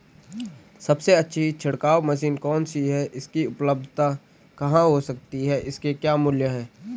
सबसे अच्छी छिड़काव मशीन कौन सी है इसकी उपलधता कहाँ हो सकती है इसके क्या मूल्य हैं?